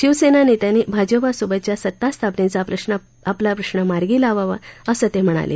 शिवसेना नेत्यांनी भाजपासोबतच्या सत्तास्थापनेचा आपला प्रश्न मार्गी लावावा असं ते म्हणाले